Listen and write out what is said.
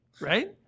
Right